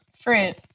Fruit